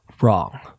wrong